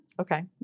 Okay